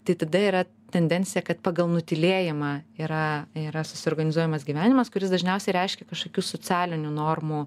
tai tada yra tendencija kad pagal nutylėjimą yra yra susiorganizuojamas gyvenimas kuris dažniausiai reiškia kažkokių socialinių normų